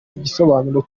igisobanuro